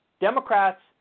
Democrats